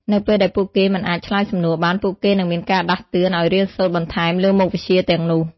នៅពេលដែលពួកគេមិនអាចឆ្លើយសំណួរបាន ពួកគេនឹងមានការដាស់តឿនឲ្យរៀនសូត្របន្ថែមលើមុខវិជ្ជាទាំងនោះ។